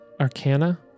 arcana